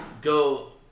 go